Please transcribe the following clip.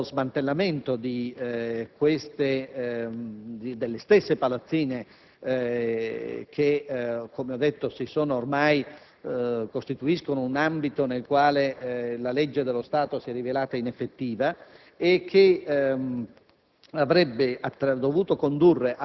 tanto da condurre allo smantellamento delle stesse palazzine che - come precisato - costituiscono un ambito nel quale la legge dello Stato si è rivelata inefficace e che